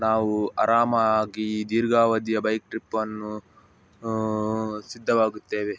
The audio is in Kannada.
ನಾವು ಆರಾಮ ಆಗಿ ದೀರ್ಘಾವಧಿಯ ಬೈಕ್ ಟ್ರಿಪ್ಪನ್ನು ಸಿದ್ಧವಾಗುತ್ತೇವೆ